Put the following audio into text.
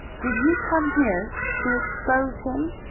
did you come here to expose him?